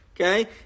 Okay